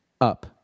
up